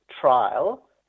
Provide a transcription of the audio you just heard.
trial